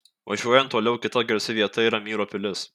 važiuojant toliau kita garsi vieta yra myro pilis